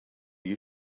you